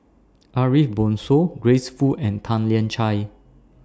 Ariff Bongso Grace Fu and Tan Lian Chye